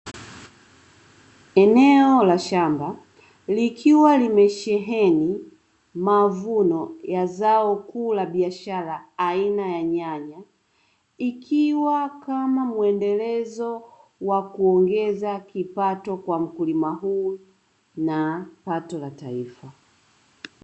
Eneo la shamba likiwa limesheheni mavuno ya zao kuu la biashara aina nyanya, ikiwa kama mwendelezo wa kuongeza kipato kwa mkulima huyu na pato la taifa.